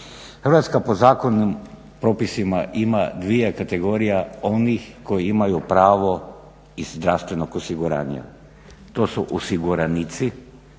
Hrvatska po zakonu, propisima ima dvije kategorije onih koji imaju pravo iz zdravstvenog osiguranja. To su osiguranici,